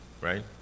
Right